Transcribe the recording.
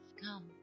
come